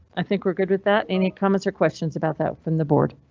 i think we're good with that. any comments or questions about that from the board?